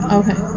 okay